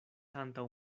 antaŭ